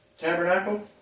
tabernacle